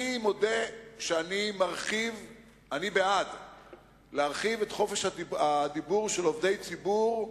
אני מודה שאני בעד להרחיב את חופש הדיבור של עובדי ציבור,